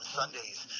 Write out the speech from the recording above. sundays